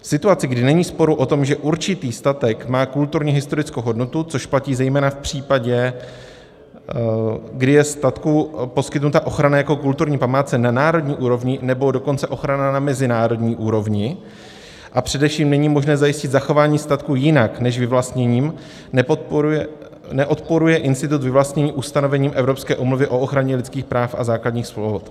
V situaci, kdy není sporu o tom, že určitý statek má kulturní historickou hodnotu, což platí zejména v případě, kdy je statku poskytnuta ochrana jako kulturní památce na národní úrovni, nebo dokonce ochrana na mezinárodní úrovni, a především není možné zajistit zachování statku jinak než vyvlastněním, neodporuje institut vyvlastnění ustanovením Evropské úmluvy o ochraně lidských práv a základních svobod.